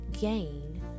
gain